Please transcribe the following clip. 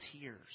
tears